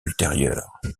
ultérieurs